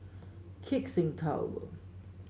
Keck Seng Tower